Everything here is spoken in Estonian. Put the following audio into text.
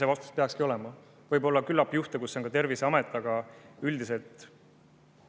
see vastutus peakski olema. Võib olla juhte, kus on ka Terviseamet, aga üldiselt